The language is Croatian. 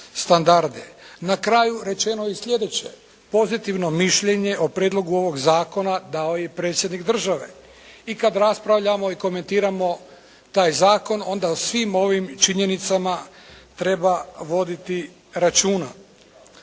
Na kraju rečeno je i sljedeće. Pozitivno mišljenje o prijedlogu ovog zakona dao je i predsjednik države. I kad raspravljamo i komentiramo taj zakon, onda o svim ovim činjenicama treba voditi računa.